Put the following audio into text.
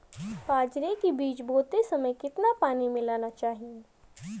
बाजरे के बीज बोते समय कितना पानी मिलाना चाहिए?